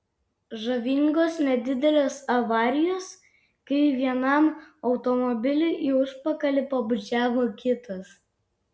žavingos nedidelės avarijos kai vienam automobiliui į užpakalį pabučiavo kitas